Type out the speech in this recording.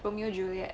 romeo juliet